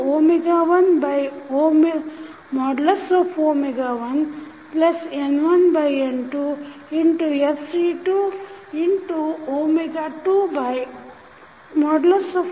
ಹೀಗಾಗಿ J1eJ1N1N22J2 B1eB1N1N22B2 ಮತ್ತು TFFc111N1N2Fc222